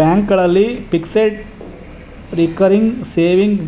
ಬ್ಯಾಂಕ್ಗಳಲ್ಲಿ fixed, recurring saving,